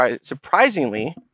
surprisingly